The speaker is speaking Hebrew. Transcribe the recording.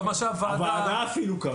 אפילו הוועדה קבעה.